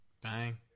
bang